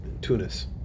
Tunis